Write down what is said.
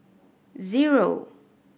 zero